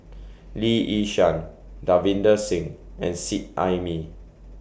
Lee Yi Shyan Davinder Singh and Seet Ai Mee